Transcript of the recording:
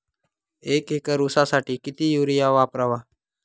एक एकर ऊसासाठी किती युरिया वापरावा?